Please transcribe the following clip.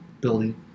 building